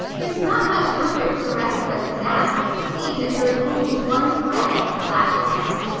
there's not much comfort for the rest of us in that, seeing that there is only one fred, laughed anne.